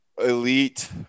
elite –